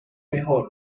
mejor